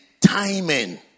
timing